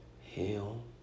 Hail